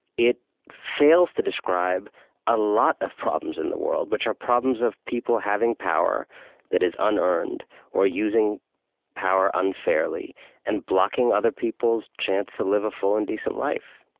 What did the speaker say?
it fails to describe a lot of problems in the world, which are problems of people having power that is unearned or using power unfairly and blocking other people's chance to live a full and decent life.